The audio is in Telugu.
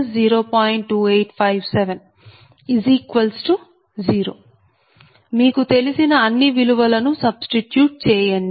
0మీకు తెలిసిన అన్ని విలువలను సబ్స్టిట్యూట్ చేయండి